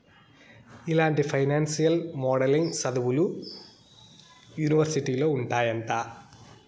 ఇలాంటి financial modelling సదువులు యూనివర్సిటీలో ఉంటాయంట